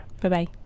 Bye-bye